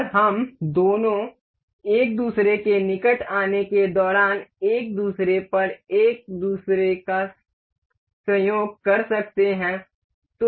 और हम दोनों एक दूसरे के निकट आने के दौरान एक दूसरे पर एक दूसरे का संयोग कर सकते हैं